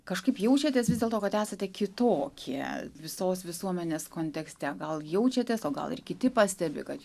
kažkaip jaučiatės vis dėlto kad esate kitokie visos visuomenės kontekste gal jaučiatės o gal ir kiti pastebi kad